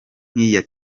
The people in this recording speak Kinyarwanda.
nk’iya